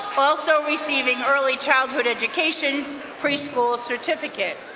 also receiving early childhood education, preschool certificate.